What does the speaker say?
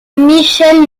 michel